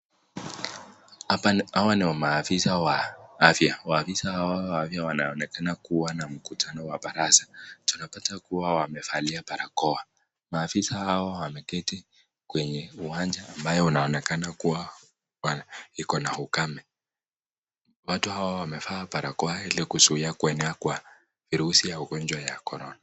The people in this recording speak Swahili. Hawa ni wafisa wa afya, wafisa hawa wanaonekana kuwa na mkutano wa mabaza, tunapata kuwa wamevalia barakoa. Mafisa hawa wameketi kwenye uwanja ambayo unaonekana kuwa ikona ukame. Watu hawa wamevalia barakoa ilikuzuia kuenea kwa virusi ya ugonjwa ya corona.